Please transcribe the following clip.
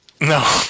No